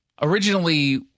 Originally